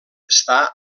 està